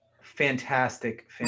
Fantastic